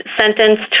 sentenced